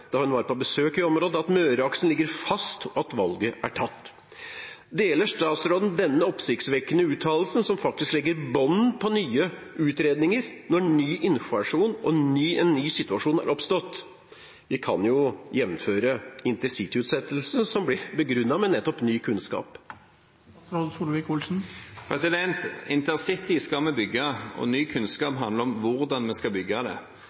da hun var på besøk i området, at Møreaksen ligger fast, og at valget er tatt. Deler statsråden denne oppsiktsvekkende uttalelsen, som faktisk legger bånd på nye utredninger når ny informasjon og en ny situasjon er oppstått? Vi kan jo jevnføre med InterCity-utsettelsen, som ble begrunnet med nettopp ny kunnskap. InterCity skal vi bygge, og ny kunnskap handler om hvordan vi skal bygge det.